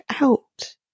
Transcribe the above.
out